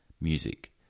music